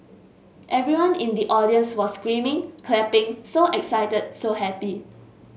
everyone in the audience was screaming clapping so excited so happy